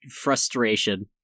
frustration